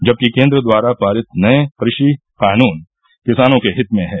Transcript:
जबकि केंद्र द्वारा पारित नए कृषि कानून किसानों के हित में है